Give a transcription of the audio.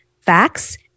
facts